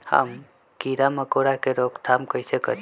हम किरा मकोरा के रोक थाम कईसे करी?